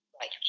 Right